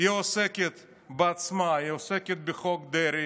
היא עוסקת בעצמה, היא עוסקת בחוק דרעי,